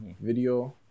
video